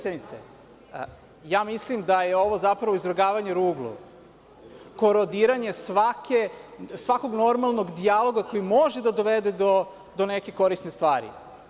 Ja mislim da je ovo zapravo izvrgavanje ruglu, korodiranje svakog normalnog dijaloga koji može da dovede do neke korisne stvari.